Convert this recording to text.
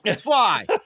fly